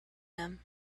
them